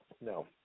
No